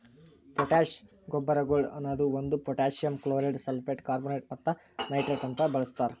potash ಗೊಬ್ಬರಗೊಳ್ ಅನದು ಒಂದು ಪೊಟ್ಯಾಸಿಯಮ್ ಕ್ಲೋರೈಡ್, ಸಲ್ಫೇಟ್, ಕಾರ್ಬೋನೇಟ್ ಮತ್ತ ನೈಟ್ರೇಟ್ ಅಂತ ಬಳಸ್ತಾರ್